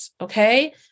Okay